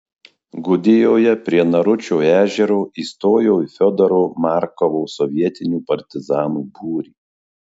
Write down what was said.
gudijoje prie naručio ežero įstojo į fiodoro markovo sovietinių partizanų būrį